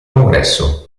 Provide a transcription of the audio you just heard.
congresso